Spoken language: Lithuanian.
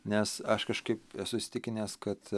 nes aš kažkaip esu įsitikinęs kad